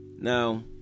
Now